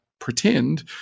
pretend